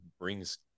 brings